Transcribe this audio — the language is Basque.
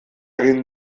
egin